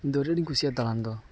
ᱤᱧᱫᱚ ᱟᱹᱰᱤ ᱟᱸᱴᱤᱧ ᱠᱩᱥᱤᱭᱟᱜᱼᱟ ᱫᱟᱲᱟᱱ ᱫᱚ